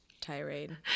tirade